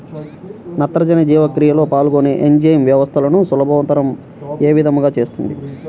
నత్రజని జీవక్రియలో పాల్గొనే ఎంజైమ్ వ్యవస్థలను సులభతరం ఏ విధముగా చేస్తుంది?